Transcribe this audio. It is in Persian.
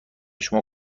شما